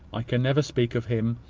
i can never speak of him,